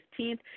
15th